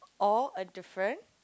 or a different